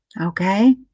okay